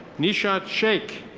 nishat sheik.